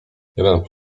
jeden